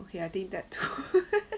okay I think that too